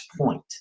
Point